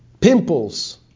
pimples